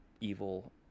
evil